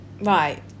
right